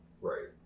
right